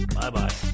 Bye-bye